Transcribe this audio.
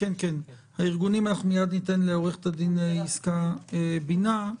מייד ניתן לעו"ד יסכה בינה להתייחס.